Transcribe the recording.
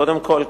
קודם כול,